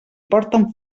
porten